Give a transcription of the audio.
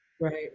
right